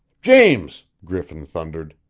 james! griffin thundered.